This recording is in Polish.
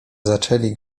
zaczęli